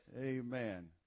Amen